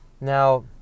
Now